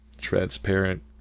transparent